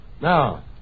Now